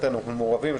אנחנו אכן מעורבים.